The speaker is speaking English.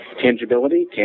tangibility